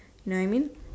you know what I mean